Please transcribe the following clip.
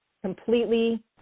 completely